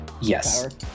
Yes